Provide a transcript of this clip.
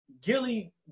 Gilly